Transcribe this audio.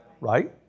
Right